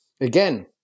again